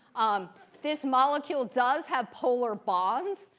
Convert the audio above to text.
um this molecule does have polar bonds,